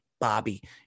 BOBBY